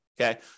Okay